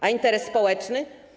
A interes społeczny?